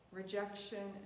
rejection